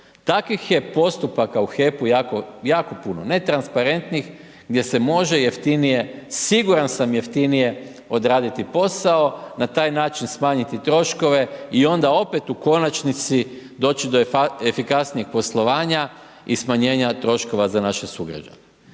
Takvih je postupaka u HEP-u jako puno, netransparentnih, gdje se može jeftinije, siguran sam, jeftinije odraditi posao, na taj način smanjiti troškove i onda opet u konačnici doći efikasnijeg poslovanja i smanjenja troškova za naše sugrađane.